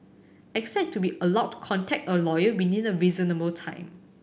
expect to be allowed to contact a lawyer within a reasonable time